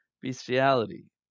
bestiality